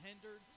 hindered